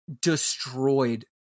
destroyed